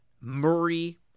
Murray